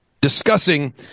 Discussing